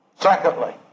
Secondly